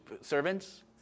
servants